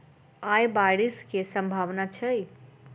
आय बारिश केँ सम्भावना छै?